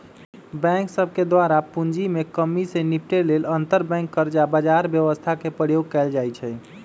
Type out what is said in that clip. bank सभके द्वारा पूंजी में कम्मि से निपटे लेल अंतरबैंक कर्जा बजार व्यवस्था के प्रयोग कएल जाइ छइ